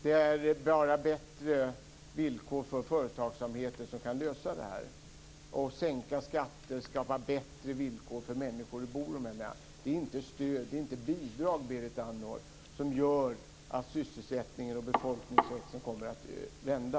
Det är bara bättre villkor för företagsamheten som kan lösa problemen. Sänkta skatter skapar bättre villkor för människor att bo i de här områdena. Det är inte stöd och bidrag som gör att sysselsättningen och befolkningstillväxten kommer att vända.